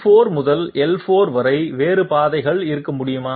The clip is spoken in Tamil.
l4 முதல் l5 வரை வேறு பாதைகள் இருக்க முடியுமா